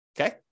Okay